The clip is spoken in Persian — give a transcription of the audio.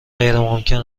غیرممکن